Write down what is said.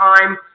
time